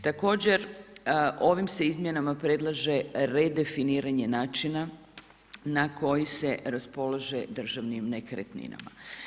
Također ovim se izmjenama predlaže redefiniranje načina na koji se raspolaže državnim nekretninama.